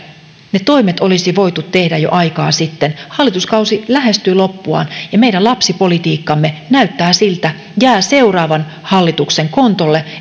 ne toimet olisi voitu tehdä jo aikaa sitten hallituskausi lähestyy loppuaan ja meidän lapsipolitiikkamme näyttää siltä että jää seuraavan hallituksen kontolle